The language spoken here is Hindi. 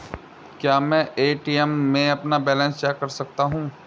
क्या मैं ए.टी.एम में अपना बैलेंस चेक कर सकता हूँ?